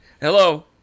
Hello